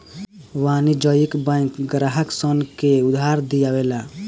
वाणिज्यिक बैंक ग्राहक सन के उधार दियावे ला